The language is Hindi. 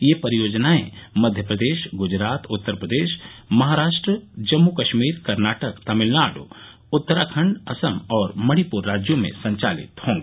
ये परियोजनाए मध्य प्रदेश ग्जरात उत्तर प्रदेश महाराष्ट्र जम्मू कश्मीर कर्नाटक तमिलनाडु उत्तराखंड असम और मणिपुर राज्यों में संचालित होंगी